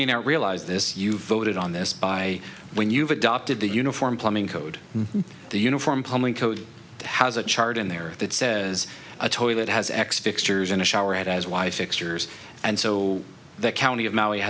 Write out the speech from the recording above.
may not realize this you voted on this by when you've adopted the uniform plumbing code the uniform code has a chart in there that says a toilet has x fixtures and a shower at as why fixtures and so the county of maui